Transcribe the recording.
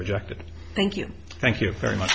rejected thank you thank you very much